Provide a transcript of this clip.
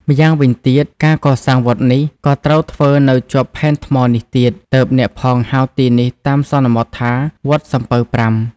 ម្យ៉ាងវិញទៀត ការកសាងវត្តនេះ ក៏ត្រូវធ្វើនៅជាប់ផែនថ្មនេះទៀត ទើបអ្នកផងហៅទីនេះតាមសន្មតថា "វត្តសំពៅប្រាំ" ។